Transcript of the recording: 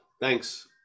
thanks